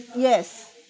yes